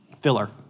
filler